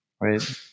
Right